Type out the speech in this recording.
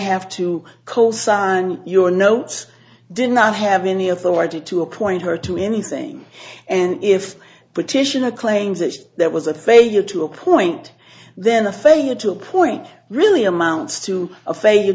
have to cosign on your note did not have any authority to appoint her to anything and if petitioner claims that there was a failure to appoint then a failure to appoint really amounts to a failure